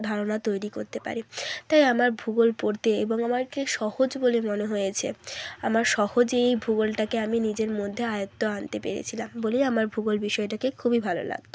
ধারণা তৈরি করতে পারি তাই আমার ভূগোল পড়তে এবং আমাকে সহজ বলে মনে হয়েছে আমার সহজেই ভূগোলটাকে আমি নিজের মধ্যে আয়ত্তে আনতে পেরেছিলাম বলেই আমার ভূগোল বিষয়টাকে খুবই ভালো লাগতো